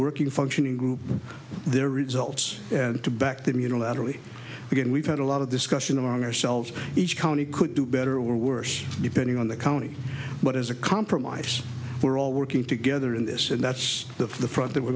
working functioning group their results and to back them unilaterally again we've had a lot of discussion among ourselves each county could do better or worse depending on the county but as a compromise we're all working together in this and that's the front that we're